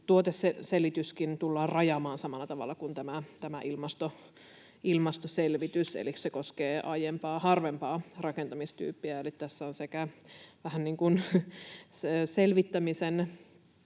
tuoteselityskin tullaan rajaamaan samalla tavalla kuin tämä ilmastoselvitys, eli se koskee aiempaa harvempaa rakentamistyyppiä. Eli tässä on vähän niin kuin sekä selvittämisen